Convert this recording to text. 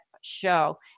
show